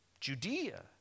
Judea